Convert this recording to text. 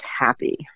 happy